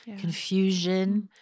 confusion